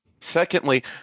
Secondly